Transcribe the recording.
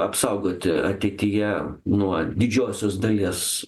apsaugoti ateityje nuo didžiosios dalies